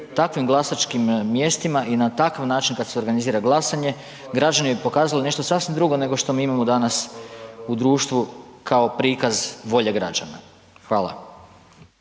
takvim glasačkim mjestima i na takav način kada se organizira glasanje građani pokazali nešto sasvim drugo nego što mi imamo danas u društvu kao prikaz volje građana. Hvala.